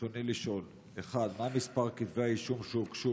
ברצוני לשאול: 1. מה מספר כתבי האישום שהוגשו